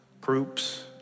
groups